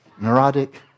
neurotic